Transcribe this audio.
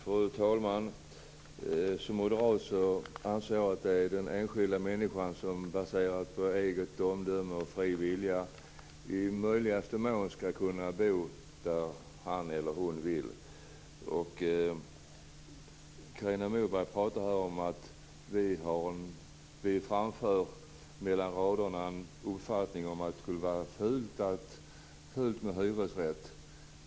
Fru talman! Som moderat anser jag att den enskilda människan baserat på eget omdöme och fri vilja i möjligaste mån skall kunna bo där han eller hon vill. Carina Moberg pratar om att vi mellan raderna framför uppfattningen att det skulle vara fult med hyresrätt.